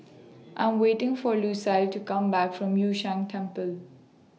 I Am waiting For Lucile to Come Back from Yun Shan Temple